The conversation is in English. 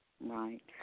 Right